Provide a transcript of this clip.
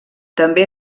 també